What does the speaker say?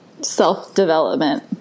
self-development